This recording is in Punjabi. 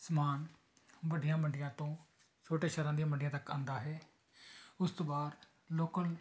ਸਮਾਨ ਵੱਡੀਆਂ ਮੰਡੀਆਂ ਤੋਂ ਛੋਟੇ ਸ਼ਹਿਰਾਂ ਦੀਆਂ ਮੰਡੀਆਂ ਤੱਕ ਆਉਂਦਾ ਹੈ ਉਸ ਤੋਂ ਬਾਅਦ ਲੋਕਲ